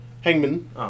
Hangman